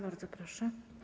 Bardzo proszę.